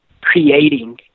creating